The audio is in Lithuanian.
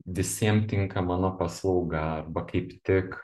visiem tinka mano paslauga arba kaip tik